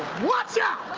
watch out!